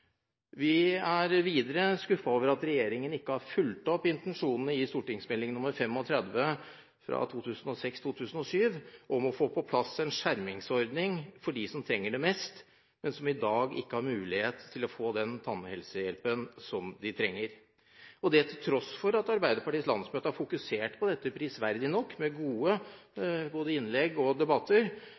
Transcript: Vi er videre skuffet over at regjeringen ikke har fulgt opp intensjonen i St.meld. nr. 35 for 2006–2007 om å få på plass skjermingsordninger for dem som trenger det mest, men som i dag ikke har mulighet til å få den tannhelsehjelp som de trenger – det til tross for at Arbeiderpartiets landsmøte har fokusert på dette, prisverdig nok, med gode både innlegg og debatter.